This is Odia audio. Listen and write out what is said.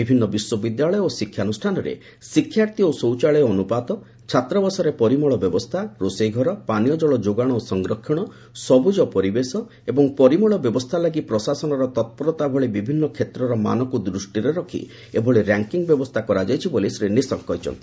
ବିଭିନ୍ନ ବିଶ୍ୱବିଦ୍ୟାଳୟ ଓ ଶିକ୍ଷାନୁଷ୍ଠାନରେ ଶିକ୍ଷାର୍ଥୀ ଓ ଶୌଚାଳୟ ଅନୁପାତ ଛାତ୍ରାବାସରେ ପରିମଳ ବ୍ୟବସ୍ଥା ରୋଷେଇଘର ପାନୀୟଜଳ ଯୋଗାଣ ଓ ସଂରକ୍ଷଣ ସବୁଜ ପରିବେଶ ଏବଂ ପରିମଳ ବ୍ୟବସ୍ଥା ଲାଗି ପ୍ରଶାସନର ତତ୍ପରତା ଭଳି ବିଭିନ୍ନ କ୍ଷେତ୍ରର ମାନକୁ ଦୃଷ୍ଟିରେ ରଖି ଏଭଳି ର୍ୟାଙ୍କିଙ୍ଗ ବ୍ୟବସ୍ଥା କରାଯାଇଛି ବୋଲି ଶ୍ରୀ ନିଶଙ୍କ କହିଛନ୍ତି